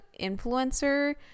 influencer